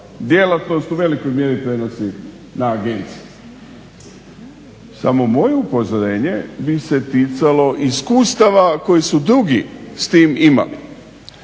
djelatnost u velikoj mjeri prenosi na agencije. Samo moje upozorenje bi se ticalo iskustava koje su drugi s tim imali.